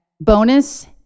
bonus